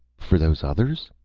for those others?